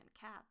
cat